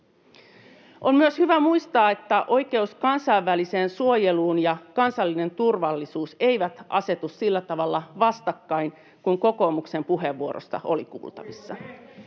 On myös hyvä muistaa, että oikeus kansainväliseen suojeluun ja kansallinen turvallisuus eivät asetu sillä tavalla vastakkain kuin kokoomuksen puheenvuorosta oli kuultavissa.